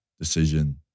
decision